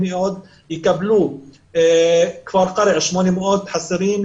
יקבלו 800. בכפר קרע חסרים 800,